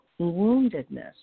woundedness